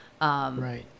Right